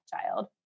child